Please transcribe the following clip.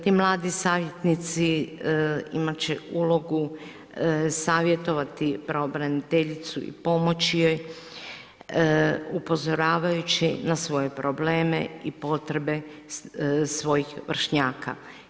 Ti mladi savjetnici imat će ulogu savjetovati pravobraniteljicu i pomoći joj upozoravajući na svoje probleme i potrebe svojih vršnjaka.